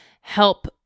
help